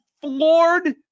floored